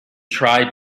tried